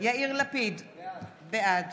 יאיר לפיד, בעד